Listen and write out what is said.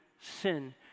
sin